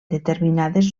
determinades